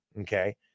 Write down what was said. okay